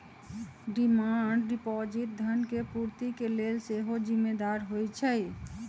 demand deposit धन के पूर्ति के लेल सेहो जिम्मेदार होइ छइ